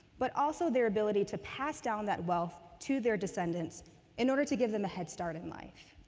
but also their ability to pass down that wealth to their descendants in order to give them a head start in life.